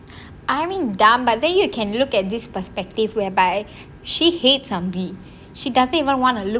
I mean dumb but then you can look at this perspective whereby she hates ambi she doesn't even want to look